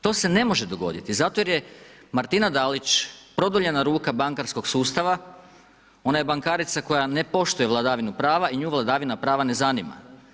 To se ne može dogoditi, zato jer je Martina Dalić produljena ruka bankarskog sustava, ona je bankarica koja ne poštuje vladavinu prava i nju vladavina prava ne zanima.